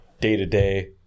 day-to-day